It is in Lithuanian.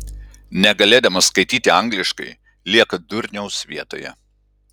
negalėdamas skaityti angliškai lieka durniaus vietoje